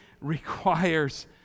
requires